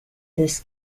this